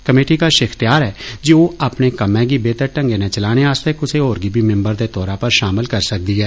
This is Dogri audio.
कमेटी कष इख्तियार ऐ जे ओ अपने कम्मै गी बेहतर ढंग्गै नै चलाने आस्तै कुसै और गी बी मिम्बर दे तौरा पर षामल करी सकदी ऐ